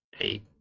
Eight